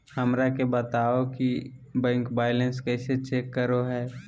हमरा के बताओ कि बैंक बैलेंस कैसे चेक करो है?